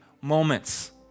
moments